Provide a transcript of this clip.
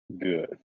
good